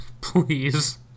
please